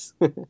Yes